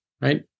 right